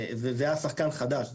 וזה היה שחקן חדש,